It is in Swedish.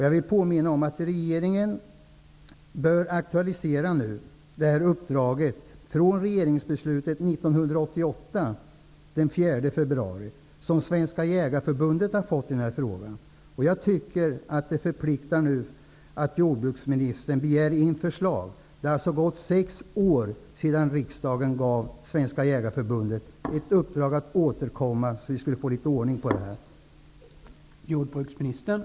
Jag vill också påminna om att regeringen nu bör aktualisera uppdraget som Svenska Jägareförbundet fick i den här frågan i och med regeringsbeslutet den 4 februari 1988. Det förpliktar att jordbruksministern begär in förslag. Det har alltså gått sex år sedan riksdagen gav Svenska Jägareförbundet ett uppdrag att återkomma för att få litet ordning på det här området.